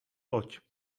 loď